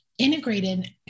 integrated